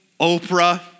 Oprah